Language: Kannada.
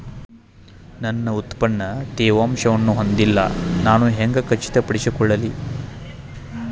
ನನ್ನ ಉತ್ಪನ್ನ ತೇವಾಂಶವನ್ನು ಹೊಂದಿಲ್ಲಾ ನಾನು ಹೆಂಗ್ ಖಚಿತಪಡಿಸಿಕೊಳ್ಳಲಿ?